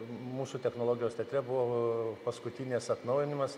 mūsų technologijos teatre buvo paskutinis atnaujinimas